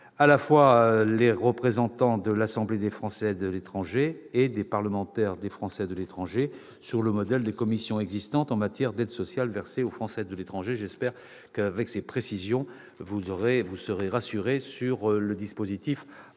à la fois des représentants de l'Assemblée des Français de l'étranger et des parlementaires représentant les Français de l'étranger, sur le modèle des commissions existant en matière d'aide sociale versée aux Français de l'étranger. J'espère que ces précisions sur le dispositif